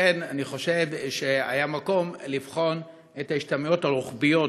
לכן אני חושב שהיה מקום לבחון את ההשתמעויות הרוחביות,